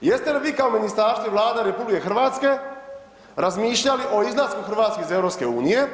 Jeste li vi kao ministarstvo i Vlada RH razmišljali o izlasku Hrvatske iz EU?